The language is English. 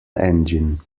engine